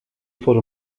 for